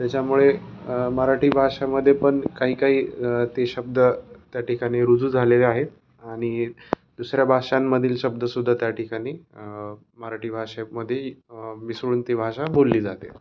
त्याच्यामुळे अ मराठी भाषामध्ये पण काही काही अ ते शब्द त्या ठिकाणी रुजू झालेले आहेत आणि दुसऱ्या भाषांमधील शब्दसुद्धा त्या ठिकानी अ मराठी भाषेमध्ये अ मिसळून ती भाषा बोलली जाते